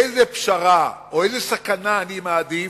איזו פשרה, או איזו סכנה אני מעדיף,